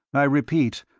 i repeat,